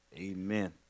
Amen